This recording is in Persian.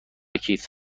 کیف